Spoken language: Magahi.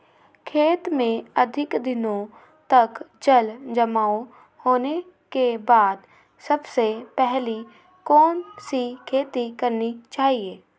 खेत में अधिक दिनों तक जल जमाओ होने के बाद सबसे पहली कौन सी खेती करनी चाहिए?